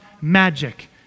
magic